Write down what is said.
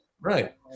Right